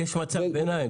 אבל יש מצב ביניים.